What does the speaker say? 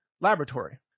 laboratory